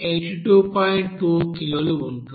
2 కిలోలు ఉంటుంది